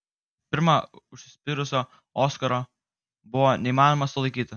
pirma užsispyrusio oskaro buvo neįmanoma sulaikyti